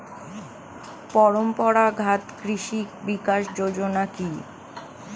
পরম্পরা ঘাত কৃষি বিকাশ যোজনা কি?